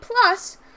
plus